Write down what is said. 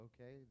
okay